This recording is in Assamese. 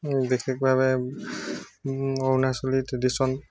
বিশেষভাৱে অৰুণাচলী ট্ৰেডিশ্যন